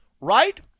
Right